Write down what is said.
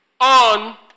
on